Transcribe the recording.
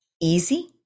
easy